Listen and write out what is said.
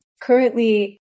currently